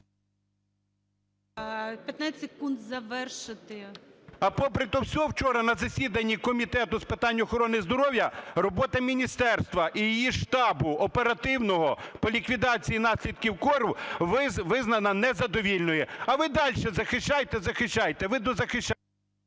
15 секунд завершити. ШУРМА І.М. А попри те все вчора на засіданні Комітету з питань охорони здоров'я робота міністерства і її штабу оперативного по ліквідації наслідків кору визнана незадовільною. А ви далі захищайте, захищайте, ви дозахищаєтесь…